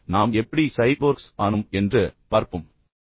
நாம் எப்படி சைபோர்க்ஸ் ஆனோம் என்று பார்ப்போம்